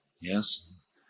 Yes